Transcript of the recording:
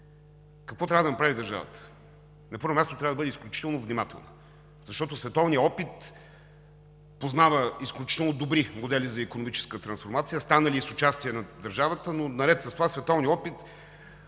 Какво трябва да направи държавата? На първо място, трябва да бъде изключително внимателна, защото световният опит познава много добри модели за икономическа трансформация, станали с участие на държавата, но наред с това световният опит